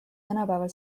tänapäeval